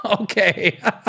okay